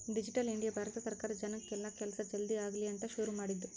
digital India Bharat ಸರ್ಕಾರ ಜನಕ್ ಎಲ್ಲ ಕೆಲ್ಸ ಜಲ್ದೀ ಆಗಲಿ ಅಂತ ಶುರು ಮಾಡಿದ್ದು